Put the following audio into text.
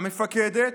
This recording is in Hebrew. "המפקדת",